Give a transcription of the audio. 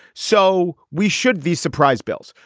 so we should these surprise bills.